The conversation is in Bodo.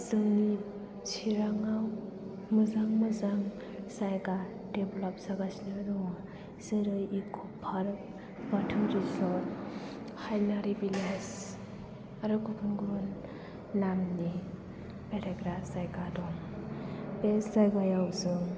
जोंनि चिराङाव मोजां मोजां जायगा देभल'प जागासिनो दङ जेरै इक' पार्क बाथौ रिज'र्ट हाइनारि भिलेज आरो गुबुन गुबुन नामनि बेरायग्रा जायगा दं बे जायगायाव जों